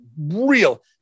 real